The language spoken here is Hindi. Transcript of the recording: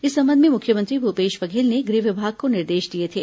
इस संबंध में मुख्यमंत्री भूपेश बघेल ने गृह विभाग को निर्देश दिए थे